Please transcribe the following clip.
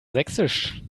sächsisch